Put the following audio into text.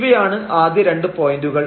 ഇവയാണ് ആദ്യ രണ്ട് പോയന്റുകൾ